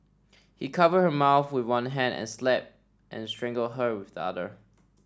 he covered her mouth with one hand and slapped and strangled her with the other